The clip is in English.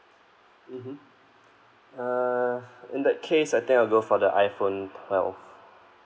mmhmm uh in that case I think I'll go for the iphone twelve